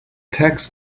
tax